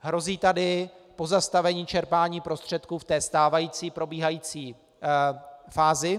Hrozí tady pozastavení čerpání prostředků v té stávající, probíhající fázi.